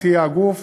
היא תהיה הגוף